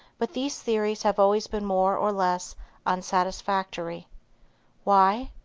but these theories have always been more or less unsatisfactory. why?